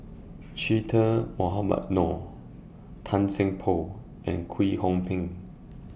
Che Dah Mohamed Noor Tan Seng Poh and Kwek Hong Png